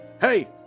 Hey